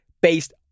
based